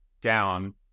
down